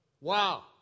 Wow